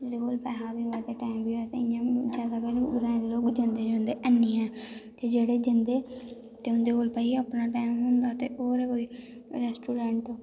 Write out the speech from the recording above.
जेह्दे कोल पैसा बी होऐ टाईम बी होऐ ते इ'यां जादा ग्राएं दे लोग जंदे जुंदे हैनी ऐ ते जेह्ड़े जंदे ते उंदे कोल भाई अपना टैम होंदा ते होर कोई रैस्टोरैंट